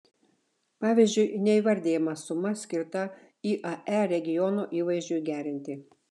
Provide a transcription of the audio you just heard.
pavyzdžiui neįvardijama suma skirta iae regiono įvaizdžiui gerinti